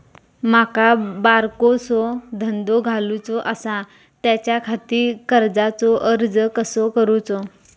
माका बारकोसो धंदो घालुचो आसा त्याच्याखाती कर्जाचो अर्ज कसो करूचो?